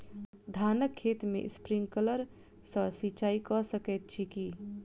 धानक खेत मे स्प्रिंकलर सँ सिंचाईं कऽ सकैत छी की?